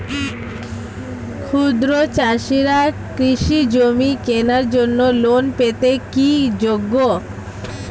ক্ষুদ্র চাষিরা কৃষিজমি কেনার জন্য লোন পেতে কি যোগ্য?